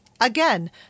again